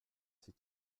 c’est